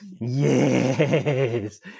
yes